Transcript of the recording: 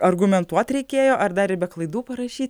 argumentuot reikėjo ar dar ir be klaidų parašyt